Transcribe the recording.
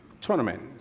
tournament